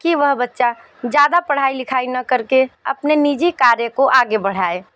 कि वह बच्चा ज़्यादा पढ़ाई लिखाई न करके अपने निजी कार्य को आगे बढ़ाए